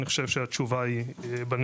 אני חושב שהתשובה היא בנתונים.